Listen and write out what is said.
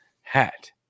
hat